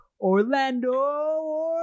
Orlando